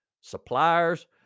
suppliers